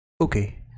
okay